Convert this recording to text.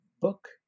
book